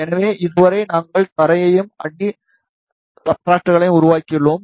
எனவே இதுவரை நாங்கள் தரையையும் அடி சப்ஸ்ட்ரட்களையும் உருவாக்கியுள்ளோம்